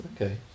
Okay